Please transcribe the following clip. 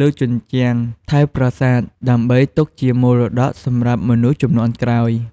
លើជញ្ជាំងថែវប្រាសាទ ដើម្បីទុកជាមរតកសម្រាប់មនុស្សជំនាន់ក្រោយ។